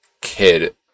kid